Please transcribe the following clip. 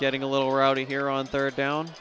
getting a little rowdy here on third down